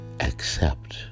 accept